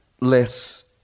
less